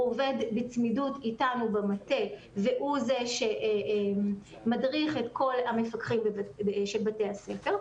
הוא עובד בצמידות איתנו במטה והוא זה שמדריך את כל המפקחים של בתי הספר,